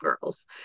girls